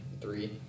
three